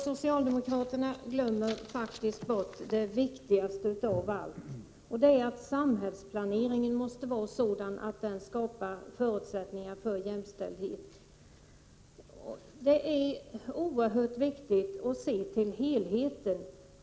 Socialdemokraterna glömmer faktiskt bort det viktigaste av allt, att samhällsplaneringen måste vara sådan att den skapar förutsättningar för jämställdhet. Det är oerhört viktigt att se till helheten.